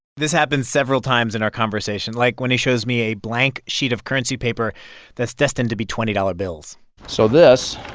this happens several times in our conversation, like when he shows me a blank sheet of currency paper that's destined to be twenty dollars bills so this